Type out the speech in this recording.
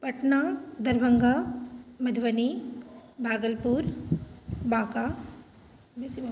पटना दरभङ्गा मधुबनी भागलपुर बाँका बेसी भऽ गेलै